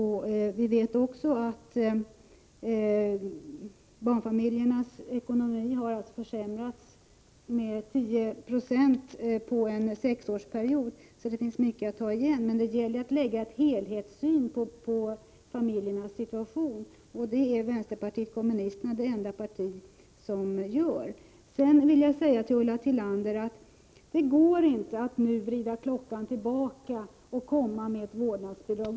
Vi vet också att barnfamiljernas ekonomi försämrades med 10 26 på en sexårsperiod. Så det finns mycket att ta igen, men det gäller att ha en helhetssyn på familjernas situation. Vpk är det enda parti som har det. Till Ulla Tillander vill jag säga att det inte går att nu vrida klockan tillbaka och införa vårdnadsbidrag.